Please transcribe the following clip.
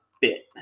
bit